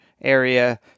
area